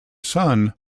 son